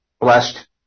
Blessed